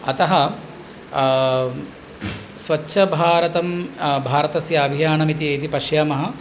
अतः स्वच्छभारतं भारतस्य अभियानम् इति यदि पश्यामः